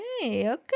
okay